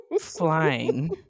flying